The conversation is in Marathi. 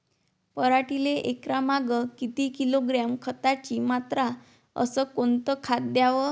पराटीले एकरामागं किती किलोग्रॅम खताची मात्रा अस कोतं खात द्याव?